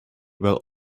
but